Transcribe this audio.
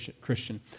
Christian